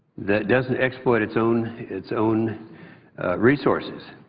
that doesn't exploit its own, its own resources.